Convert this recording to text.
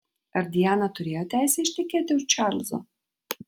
ar diana turėjo teisę ištekėti už čarlzo